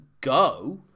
go